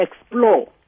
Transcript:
explore